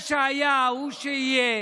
מה שהיה הוא שיהיה.